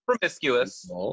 Promiscuous